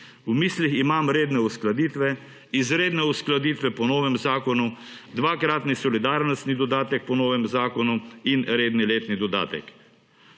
V mislih imam redne uskladitve, izredne uskladitve po novem zakonu, dvakratni solidarnostni dodatek po novem zakonu in redni letni dodatek.